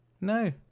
No